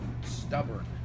stubborn